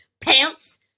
pants